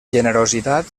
generositat